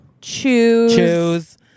choose